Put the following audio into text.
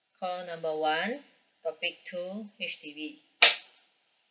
call number one topic two H_D_B